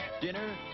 dinner